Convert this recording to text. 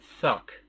suck